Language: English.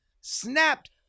snapped